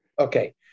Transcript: Okay